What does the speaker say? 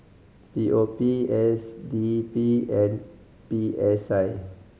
P O P S D P and P S I